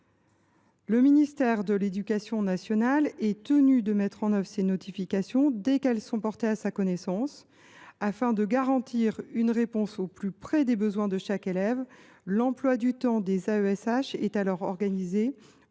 Le ministère de l’éducation nationale est tenu de mettre en œuvre ces notifications dès qu’elles sont portées à sa connaissance. Afin de garantir une réponse au plus près des besoins de chaque élève, l’emploi du temps des AESH est alors organisé